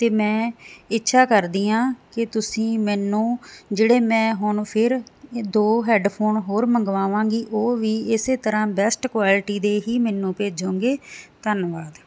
ਤੇ ਮੈਂ ਇੱਛਾ ਕਰਦੀ ਆਂ ਕਿ ਤੁਸੀਂ ਮੈਨੂੰ ਜਿਹੜੇ ਮੈਂ ਹੁਣ ਫਿਰ ਦੋ ਹੈਡਫੋਨ ਹੋਰ ਮੰਗਵਾਵਾਂਗੀ ਉਹ ਵੀ ਇਸੇ ਤਰ੍ਹਾਂ ਬੈਸਟ ਕੁਆਲਿਟੀ ਦੇ ਹੀ ਮੈਨੂੰ ਭੇਜੋਗੇ ਧੰਨਵਾਦ